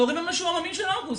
ההורים הם המשועממים של אוגוסט.